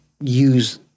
use